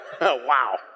Wow